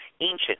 Ancient